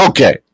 Okay